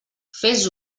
fes